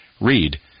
read